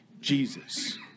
Jesus